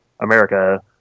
America